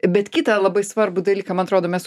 bet kitą labai svarbų dalyką man atrodo mes